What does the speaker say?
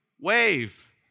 wave